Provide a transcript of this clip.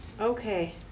Okay